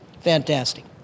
Fantastic